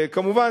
כמובן,